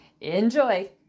enjoy